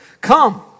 Come